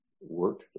work